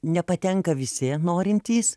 nepatenka visi norintys